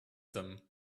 them